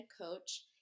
coach